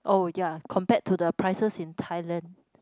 oh ya compared to the prices in Thailand